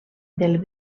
del